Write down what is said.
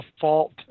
fault